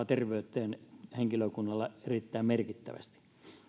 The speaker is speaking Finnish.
terveyteen henkilökunnalla erittäin merkittävästi